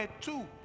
two